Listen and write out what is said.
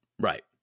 Right